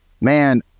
man